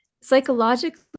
psychologically